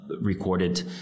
recorded